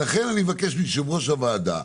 לכן אני מבקש מיושב-ראש הוועדה,